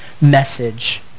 message